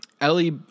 Ellie